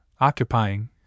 occupying